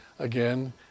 Again